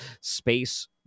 space